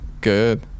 good